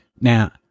Now